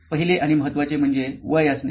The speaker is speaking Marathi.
पहिले आणि महत्त्वाचे म्हणजे वय असणे